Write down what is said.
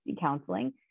counseling